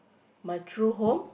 my true home